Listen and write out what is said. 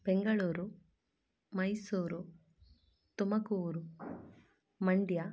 Bengaluru Mysuru Tumakuru Mandya